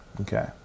Okay